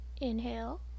Inhale